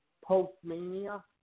post-mania